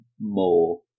more